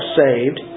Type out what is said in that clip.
saved